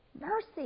mercy